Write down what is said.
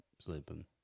sleeping